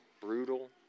brutal